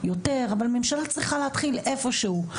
אבל ממשלה צריכה להתחיל איפה שהוא.